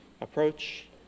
Approach